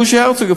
בוז'י הרצוג?